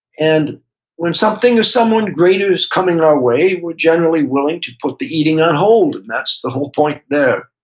and when something or someone greater is coming our way, we're generally willing to put the eating on hold, and that's the whole point there.